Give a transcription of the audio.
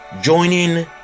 joining